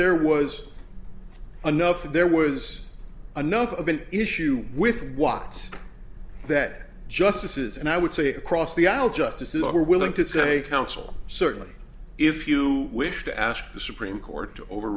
there was anough there was enough of an issue with watts that justices and i would say across the aisle justices were willing to say counsel certainly if you wish to ask the supreme court to over